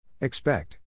Expect